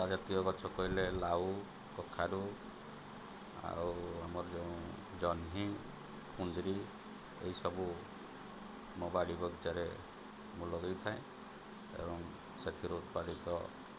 ପ୍ରଜାତୀୟ ଗଛ କହିଲେ ଲାଉ କଖାରୁ ଆଉ ଆମର ଯେଉଁ ଜହ୍ନି କୁନ୍ଦୁରି ଏହିସବୁ ମୋ ବାଡ଼ି ବଗିଚାରେ ମୁଁ ଲଗାଇଥାଏ ଏବଂ ସେଥିରୁ ଉତ୍ପାଦିତ